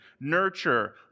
nurture